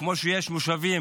כמו שיש מושבים